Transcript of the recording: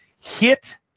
hit